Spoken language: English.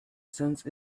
since